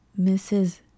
Mrs